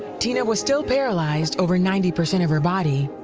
tina was still paralyzed over ninety percent of her body,